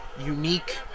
unique